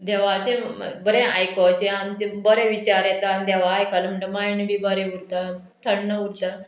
देवाचें बरें आयकोचें आमचें बरें विचार येता आनी देवा आयकलां म्हणटा मायंड बी बरें उरता थंड उरता